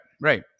right